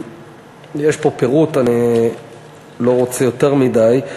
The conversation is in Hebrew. יש פה פירוט, אני לא רוצה יותר מדי.